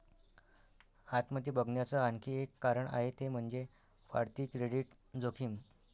आत मध्ये बघण्याच आणखी एक कारण आहे ते म्हणजे, वाढती क्रेडिट जोखीम